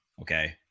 Okay